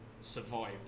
survived